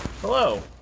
Hello